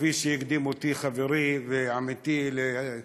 כפי שהקדים אותי ואמר חברי ועמיתי לוועדה